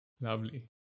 Lovely